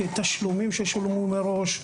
תשלומים ששולמו מראש,